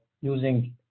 using